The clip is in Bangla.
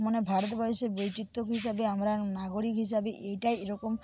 মানে ভারতবর্ষের বৈচিত্র্য হিসাবে আমরা নাগরিক হিসাবে এইটাই এরকম